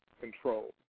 control